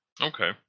okay